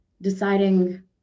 deciding